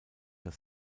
das